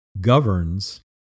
governs